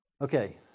Okay